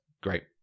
Great